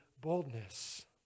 boldness